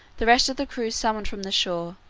the rest of the crew summoned from the shore,